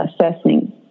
assessing